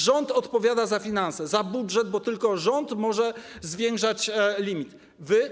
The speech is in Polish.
Rząd odpowiada za finanse, za budżet, bo tylko rząd może zwiększać limity.